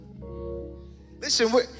Listen